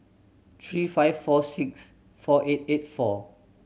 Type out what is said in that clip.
three five four six four eight eight four